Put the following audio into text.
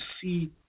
see